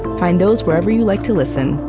find those wherever you like to listen,